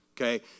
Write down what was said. Okay